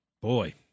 boy